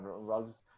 Rugs